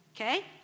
Okay